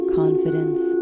confidence